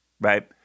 Right